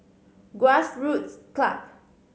Grassroots Club